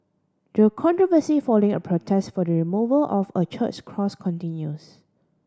the controversy following a protest for the removal of a church's cross continues